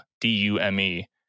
D-U-M-E